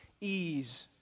ease